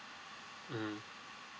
mm